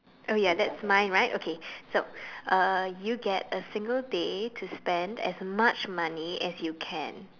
oh ya that's mine right okay so uh you get a single day to spend as much money as you can